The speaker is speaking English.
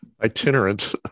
Itinerant